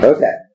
Okay